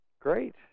Great